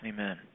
Amen